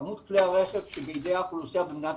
כמות כלי הרכב שבידי האוכלוסייה במדינת